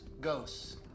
ghosts